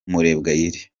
murebwayire